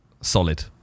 solid